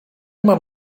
mam